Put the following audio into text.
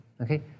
okay